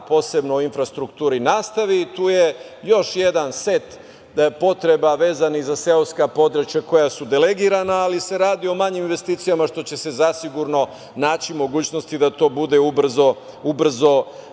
posebno u infrastrukturi, nastavi. Tu je još jedan set potreba vezanih za seoska područja koja su delegirana ali se radi o manjim investicijama, što će se zasigurno naći mogućnosti da to bude ubrzo